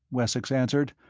wessex answered.